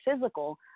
physical